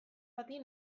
bati